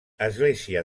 església